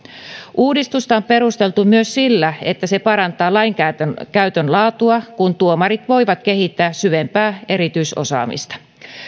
uudistusta on perusteltu myös sillä että se parantaa lainkäytön lainkäytön laatua kun tuomarit voivat kehittää syvempää erityisosaamista